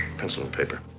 pencil and paper.